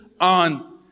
on